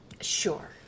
Sure